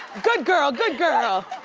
good girl, good girl.